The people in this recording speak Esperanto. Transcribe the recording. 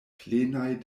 plenaj